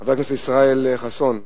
חבר הכנסת ישראל חסון,